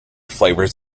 flavours